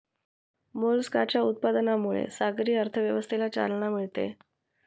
मोलस्काच्या उत्पादनामुळे सागरी अर्थव्यवस्थेला चालना मिळते